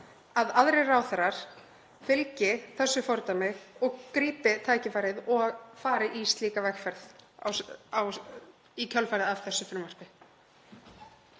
að aðrir ráðherrar fylgi þessu fordæmi, grípi tækifærið og fari í slíka vegferð í kjölfarið á þessu frumvarpi.